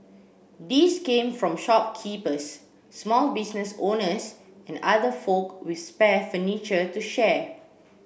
these came from shopkeepers small business owners and other folk with spare furniture to share